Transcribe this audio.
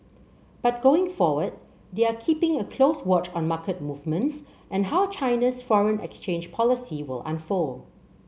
but going forward they are keeping a close watch on market movements and how China's foreign exchange policy will unfold